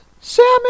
salmon